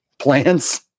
plans